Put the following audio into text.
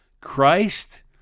Christ